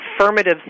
affirmative